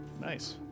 Nice